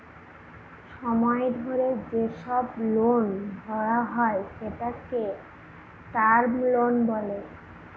সময় ধরে যেসব লোন ভরা হয় সেটাকে টার্ম লোন বলে